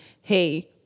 Hey